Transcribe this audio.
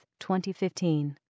2015